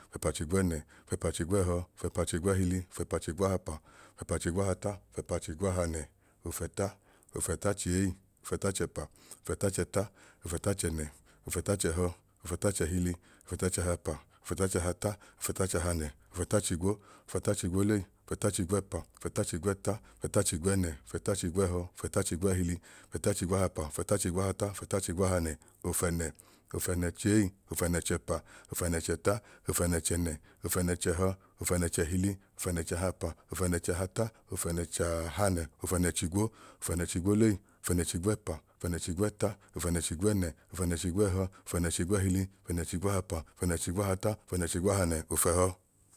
Ofẹpachigwẹẹnẹ ofẹpachigwẹẹhọ ofẹpachigwẹẹhili ofẹpachigwaahapa ofẹpachigwaahata ofẹpachigwaahanẹ ofẹta ofẹtachei ofẹtachẹpa ofẹtachẹta ofẹtachẹnẹ ofẹtachẹhọ ofẹtachẹhili ofẹtachahaapa ofẹtachahata ofẹtachahanẹ ofẹtachahanẹ ofẹtachigwo ofẹtachigwolei ofẹtachigwẹẹpa ofẹtachigwẹẹta ofẹtachigwẹẹnẹ ofẹtachigwẹẹhọ ofẹtachigẹẹhili ofẹtachigwaahapa ofẹtachigwaahata ofẹtachigwaahanẹ ofẹnẹ ofẹnẹchei ofẹnẹchẹpa ofẹnẹchẹta ofẹnẹchẹnẹ ofẹnẹchẹhọ ofẹnẹchẹhili ofẹnẹchahapa ofẹnẹchahata ofẹnẹchaaahanẹ ofẹnẹchigwo ofẹnẹchigwolei ofẹnẹchigwẹẹpa ofẹnẹchigwẹta ofẹnẹchigwẹẹnẹ ofẹgwẹẹhọ ofẹnẹchigwẹẹhili ofẹnẹchigwaahapa ofẹnẹchigwaahata ofẹnẹchigwaahanẹ ofẹhọ